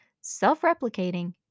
self-replicating